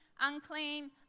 unclean